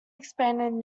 expanded